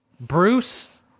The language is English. Bruce